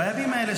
בימים האלה,